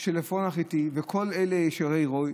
של עפרון החיתי וכל באי שער עירו,